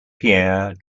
pierre